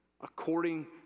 according